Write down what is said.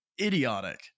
Idiotic